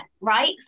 right